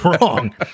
wrong